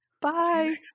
Bye